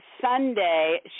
Sunday